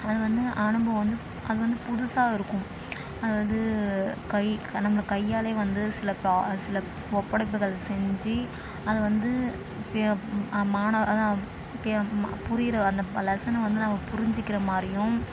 அது வந்து அனுபவம் வந்து அது வந்து புதுசாக இருக்கும் அதாவது கை நம்ம கையாலேயே வந்து சில ப்ரா சில ஒப்படைப்புகளை செஞ்சு அது வந்து மாணவ அதுதான் பிய புரிகிற அந்த லசனை வந்து நம்ம புரிஞ்சிக்கிற மாதிரியும்